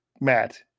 Matt